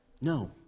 no